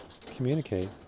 communicate